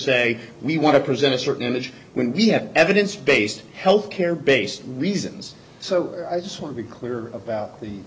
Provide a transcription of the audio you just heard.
say we want to present a certain image when we have evidence based health care based reasons so i just want to be clear about th